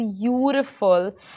beautiful